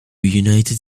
united